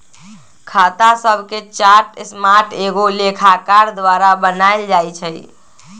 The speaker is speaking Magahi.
खता शभके चार्ट सामान्य एगो लेखाकार द्वारा बनायल जाइ छइ